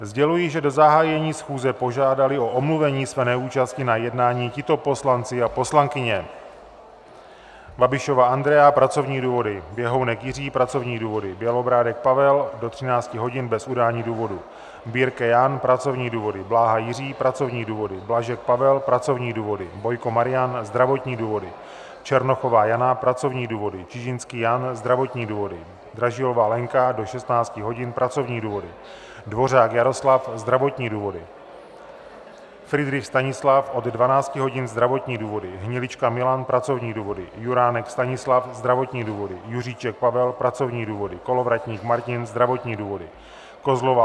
Sděluji, že do zahájení schůze požádali o omluvení své neúčasti na jednání tito poslanci a poslankyně: Babišová Andrea pracovní důvody, Běhounek Jiří pracovní důvody, Bělobrádek Pavel do 13 hodin bez udání důvodu, Birke Jan pracovní důvody, Bláha Jiří pracovní důvody, Blažek Pavel pracovní důvody, Bojko Marian zdravotní důvody, Černochová Jana pracovní důvody, Čižinský Jan zdravotní důvody, Dražilová Lenka do 16 hodin pracovní důvody, Dvořák Jaroslav zdravotní důvody, Fridrich Stanislav od 12 hodin zdravotní důvody, Hnilička Milan pracovní důvody, Juránek Stanislav zdravotní důvody, Juříček Pavel pracovní důvody, Kolovratník Martin zdravotní důvody, Kozlová